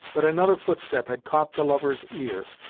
but another footstep had caught the lover's ear,